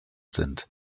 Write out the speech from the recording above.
sind